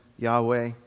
Yahweh